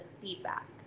feedback